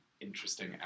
Interesting